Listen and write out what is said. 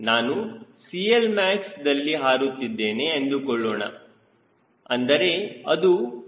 ನಾನು CLmax ದಲ್ಲಿ ಹಾರುತ್ತಿದ್ದೇನೆ ಎಂದುಕೊಳ್ಳೋಣ ಅಂದರೆ ಅದು stallಗೆ ಸನಿಹವಾಗಿರುತ್ತದೆ